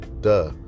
duh